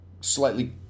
slightly